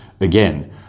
again